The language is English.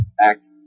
act